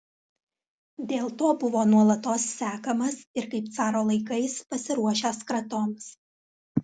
dėl to buvo nuolatos sekamas ir kaip caro laikais pasiruošęs kratoms